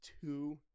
two